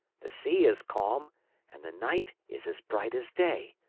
the sea is calm and the night is as bright as day.